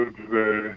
today